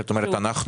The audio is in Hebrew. וכשאת אומרת אנחנו?